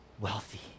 wealthy